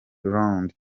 rond